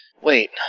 Wait